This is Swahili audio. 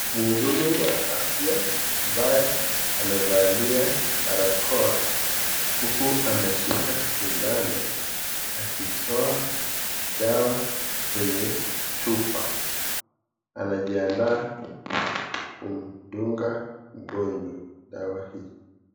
Mhudumu wa afya ambaye amevalia barakoa huku ameshika sindano akitoa dawa kwenye chupa anajiandaa kumdunga mgonjwa dawa hii.